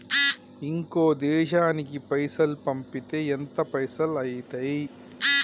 ఇంకో దేశానికి పైసల్ పంపితే ఎంత పైసలు అయితయి?